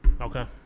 okay